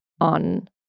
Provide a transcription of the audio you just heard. on